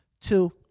Two-